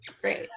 Great